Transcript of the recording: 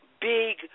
big